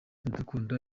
iradukunda